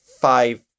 five